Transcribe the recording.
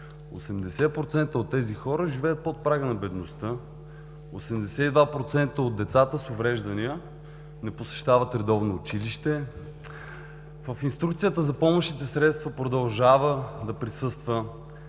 от тези хора живеят под прага на бедността. Осемдесет и два процента от децата с увреждания не посещават редовно училище. В Инструкцията за помощните средства продължава да присъства